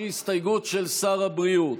שהיא הסתייגות של שר הבריאות.